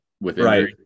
Right